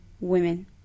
women